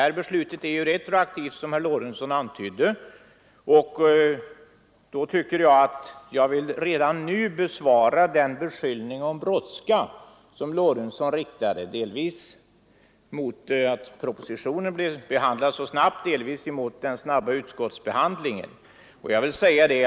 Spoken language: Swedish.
Som herr Lorentzon antydde kommer beslutet i denna fråga att gälla retroaktivt, och därför vill jag genast bemöta beskyllningen för stor brådska som herr Lorentzon riktade dels mot att propositionen lagts fram så snabbt, dels mot den snabba behandlingen i utskottet.